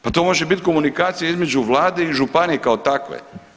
Pa to može biti komunikacija između vlade i županije kao takve.